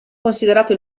considerato